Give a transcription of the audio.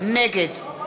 נגד לא